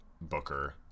Booker